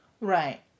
Right